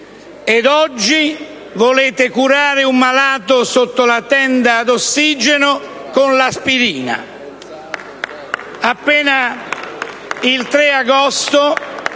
Ed oggi volete curare un malato sotto la tenda ad ossigeno con l'aspirina! *(Applausi